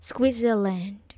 Switzerland